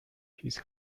his